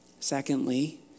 Secondly